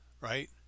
Right